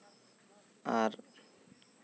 ᱟᱨ